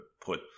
put